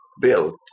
built